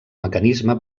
mecanisme